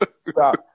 Stop